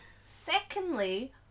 Secondly